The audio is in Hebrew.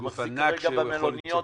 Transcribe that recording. ומחזיק במלוניות